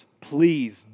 Please